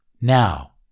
Now